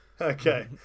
Okay